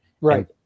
right